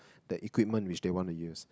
the equipment which they want to use